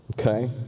Okay